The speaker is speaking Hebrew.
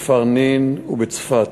בכפר נין ובצפת.